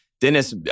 Dennis